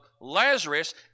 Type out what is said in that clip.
Lazarus